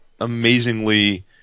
amazingly